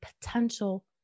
potential